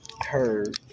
heard